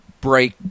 break